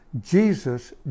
Jesus